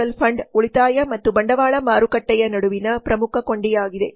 mutual ಫಂಡ್ಗಳು ಉಳಿತಾಯ ಮತ್ತು ಬಂಡವಾಳ ಮಾರುಕಟ್ಟೆಯ ನಡುವಿನ ಪ್ರಮುಖ ಕೊಂಡಿಯಾಗಿದೆ